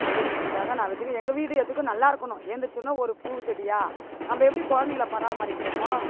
அப்படின்றதுக்காக நான் வெச்சு இருக்கேன் எங்கள் வீடு எதுக்கும் நல்லா இருக்கணும் ஏழுந்திரிச்ச உட்னே ஒரு பூச்செடியாக நம்ம எப்படி கொழந்தைங்கள பராமரிக்கிறமோ